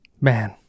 Man